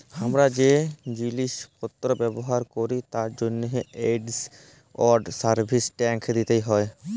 হামরা যে জিলিস পত্র ব্যবহার ক্যরি তার জন্হে গুডস এন্ড সার্ভিস ট্যাক্স দিতে হ্যয়